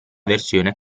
versione